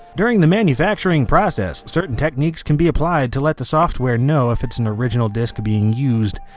during the manufacturing process, certain techniques can be applied to let the software know if it's an original disc being used,